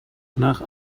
nach